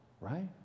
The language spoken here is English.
right